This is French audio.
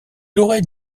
aurait